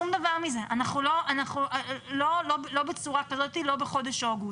שום דבר מזה, לא בצורה כזאת, לא בחודש אוגוסט.